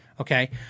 Okay